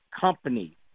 company